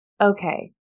okay